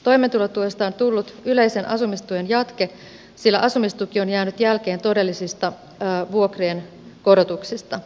toimeentulotuesta on tullut yleisen asumistuen jatke sillä asumistuki on jäänyt jälkeen todellisista vuokrien korotuksista